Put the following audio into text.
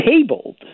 tabled